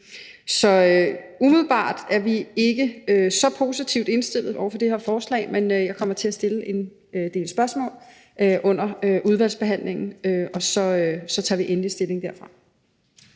Så umiddelbart er vi ikke så positivt indstillede over for det her forslag, men jeg kommer til at stille en del spørgsmål under udvalgsbehandlingen, og så tager vi endelig stilling derfra.